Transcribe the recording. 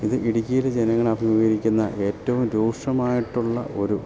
ഇത് ഇടുക്കിയിലേ ജനങ്ങൾ അഭിമുഘീകരിക്കുന്ന ഏറ്റോം രൂക്ഷമായിട്ടുള്ള ഒരു